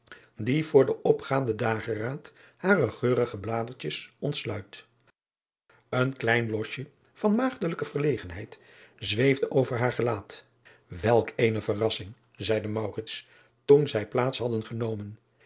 die voor den opgaanden dageraad hare geurige bladertjes ontsluit en klein blosje van maagdelijke verlegenheid zweefde over haar gelaat elk eene verrassing zeide toen zij plaats hadden genomen